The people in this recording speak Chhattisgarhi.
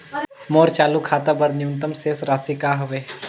मोर चालू खाता बर न्यूनतम शेष राशि का हवे?